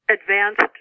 advanced